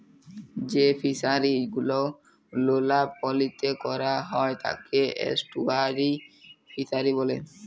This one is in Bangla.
যেই ফিশারি গুলো লোলা পালিতে ক্যরা হ্যয় তাকে এস্টুয়ারই ফিসারী ব্যলে